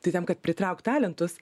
tai tam kad pritraukt talentus